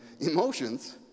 emotions